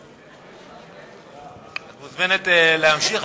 את מוזמנת להמשיך,